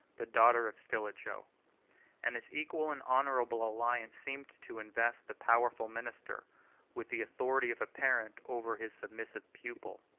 the daughter of stilicho and this equal and honorable alliance seemed to invest the powerful minister with the authority of a parent over his submissive pupil.